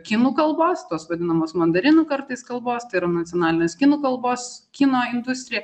kinų kalbos tos vadinamos mandarinų kartais kalbos yra nacionalinės kinų kalbos kino industrija